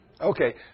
Okay